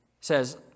says